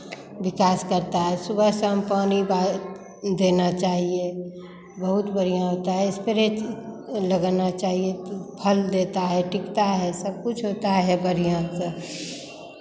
विकास करता है सुबह शाम पानी देना चाहिये बहुत बढ़ियाँ होता है स्प्रे लगाना चाहिए फल देता है टिकता है सब कुछ होता है बढ़ियाँ से